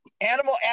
animal